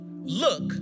look